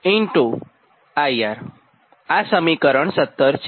આ સમીકરણ 17 છે